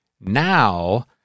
Now